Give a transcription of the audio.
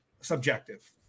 subjective